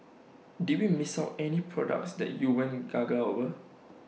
did we miss out any products that you went gaga over